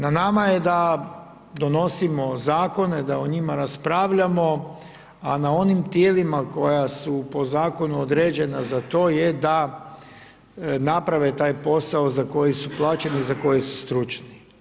Na nama je da donosimo zakone, da o njima raspravljamo, a na onim tijelima koja su po zakonu određena za to je da naprave taj posao za koji su plaćeni i za koji su stručni.